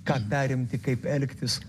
ką perimti kaip elgtis